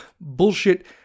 bullshit